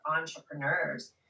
entrepreneurs